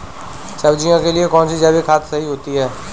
सब्जियों के लिए कौन सी जैविक खाद सही होती है?